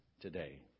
today